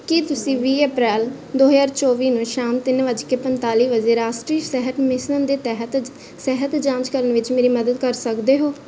ਕੀ ਤੁਸੀਂ ਵੀਹ ਅਪ੍ਰੈਲ ਦੋ ਹਜ਼ਾਰ ਚੌਵੀ ਨੂੰ ਸ਼ਾਮ ਤਿੰਨ ਵੱਜ ਕੇ ਪੰਤਾਲੀ ਵਜੇ ਰਾਸ਼ਟਰੀ ਸਿਹਤ ਮਿਸਨ ਦੇ ਤਹਿਤ ਸਿਹਤ ਜਾਂਚ ਕਰਨ ਵਿੱਚ ਮੇਰੀ ਮਦਦ ਕਰ ਸਕਦੇ ਹੋ